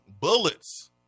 bullets